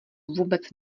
vůbec